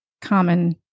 common